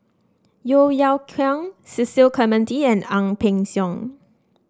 Yeo Yeow Kwang Cecil Clementi and Ang Peng Siong